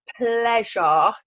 pleasure